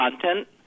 content